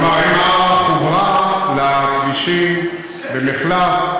כלומר, האם ערערה חוברה לכבישים במחלף?